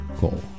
goal